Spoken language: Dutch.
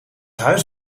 huis